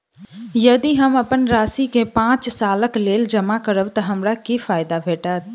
यदि हम अप्पन राशि केँ पांच सालक लेल जमा करब तऽ हमरा की फायदा भेटत?